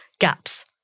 gaps